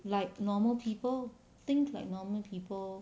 like normal people think like normal people